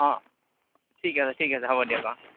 অঁ ঠিক আছে ঠিক আছে হ'ব দিয়ক অঁ